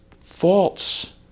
false